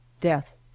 Death